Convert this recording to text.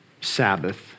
Sabbath